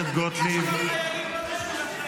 הוא אומר על החיילים שלנו רוצחים.